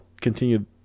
continue